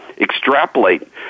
extrapolate